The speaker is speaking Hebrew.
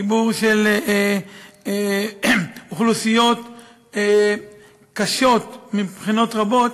בחיבור של אוכלוסיות קשות מבחינות רבות,